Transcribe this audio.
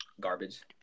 Garbage